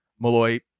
Malloy